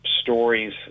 stories